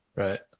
right.